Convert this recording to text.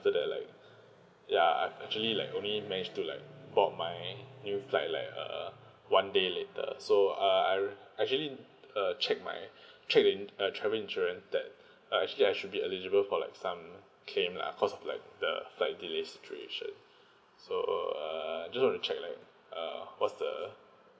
after that like ya I actually like only managed to like board my new flight like uh one day later so uh I actually err check my check in uh travel insurance that uh actually I should be eligible for like some claim lah cause it like the flight delay situation so uh I just want to check like err what's the